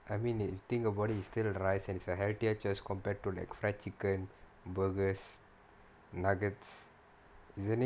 I mean if you think about it it still rice and it's a healtier choice compared to like fried chicken burgers nuggets isn't it